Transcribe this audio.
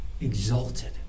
exalted